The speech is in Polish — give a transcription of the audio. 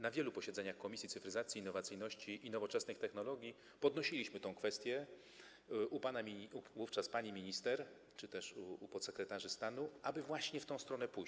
Na wielu posiedzeniach Komisji Cyfryzacji, Innowacyjności i Nowoczesnych Technologii podnosiliśmy tę kwestię, zwracając się do pani minister czy też podsekretarzy stanu, aby właśnie w tę stronę pójść.